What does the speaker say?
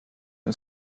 dem